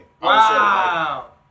wow